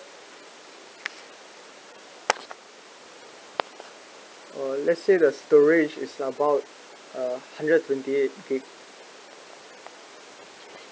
or let's say the storage is about uh hundred twenty gigabyte